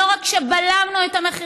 לא רק שבלמנו את המחירים,